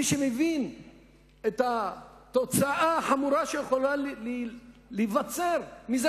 מי שמבין את התוצאה החמורה שיכולה להיווצר מזה